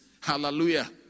Hallelujah